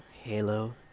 Halo